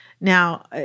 Now